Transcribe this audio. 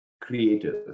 creative